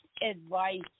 advice